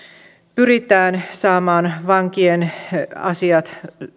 pyritään saamaan vankien asiat